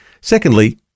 Secondly